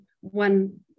one